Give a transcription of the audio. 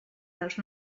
dels